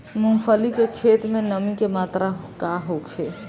मूँगफली के खेत में नमी के मात्रा का होखे?